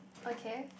okay